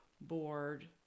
board